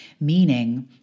meaning